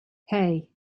hey